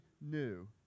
new